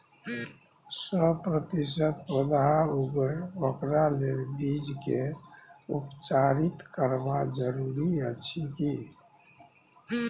सौ प्रतिसत पौधा उगे ओकरा लेल बीज के उपचारित करबा जरूरी अछि की?